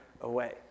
away